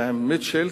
ועם מיטשל,